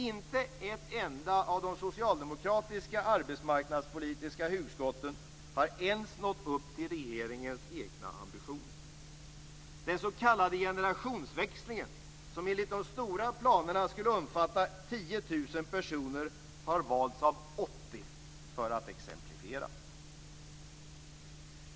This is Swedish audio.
Inte ett enda av de socialdemokratiska arbetsmarknadspolitiska hugskotten har ens nått upp till regeringens egna ambitioner. Den s.k. generationsväxlingen, som enligt de stora planerna skulle omfatta 10 000 personer, har valts av 80 - för att exemplifiera.